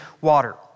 water